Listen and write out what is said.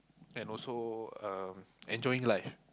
and also um enjoying life